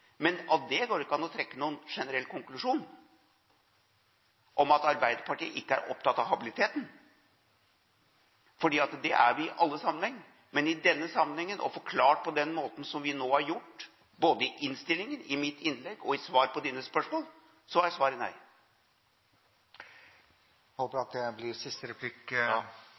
Men av det går det ikke an å trekke noen generell konklusjon om at Arbeiderpartiet ikke er opptatt av habiliteten. Det er vi i alle sammenhenger, men i denne sammenhengen og forklart på den måten som vi nå har gjort, både i innstillingen, i mitt innlegg og i svar på representantens spørsmål, er svaret nei. Håper det blir siste replikk,